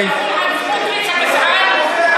זה יחול על סמוטריץ?